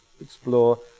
explore